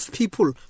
people